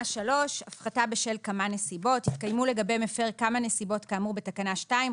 הפחתה בשל כמה נסיבות התקיימו לגבי מפר כמה נסיבות כאמור בתקנה 2,